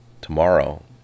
tomorrow